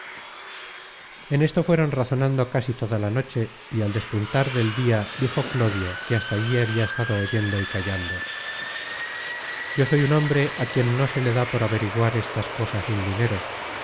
en esto fueron razonando casi toda la noche y al despuntar del dia dijo clodio que hasta allí habia estado oyendo y callando yo soy un hombre á quien no se le da por averiguar estas cosas un dinero